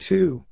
Two